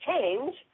change